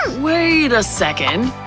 wait a second,